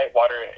water